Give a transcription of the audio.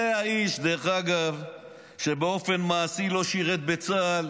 זה האיש שבאופן מעשי לא שירת בצה"ל,